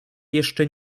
jeszcze